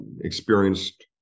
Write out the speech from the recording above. experienced